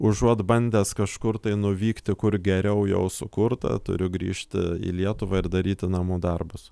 užuot bandęs kažkur tai nuvykti kur geriau jau sukurta turiu grįžti į lietuvą ir daryti namų darbus